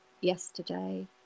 yesterday